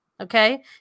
okay